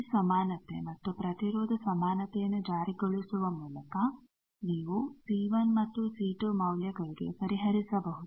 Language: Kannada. ಶಕ್ತಿ ಸಮಾನತೆ ಮತ್ತು ಪ್ರತಿರೋಧ ಸಮಾನತೆಯನ್ನು ಜಾರಿಗೊಳಿಸುವ ಮೂಲಕ ನೀವು C1 ಮತ್ತು C2 ಮೌಲ್ಯಗಳಿಗೆ ಪರಿಹರಿಸಬಹುದು